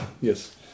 yes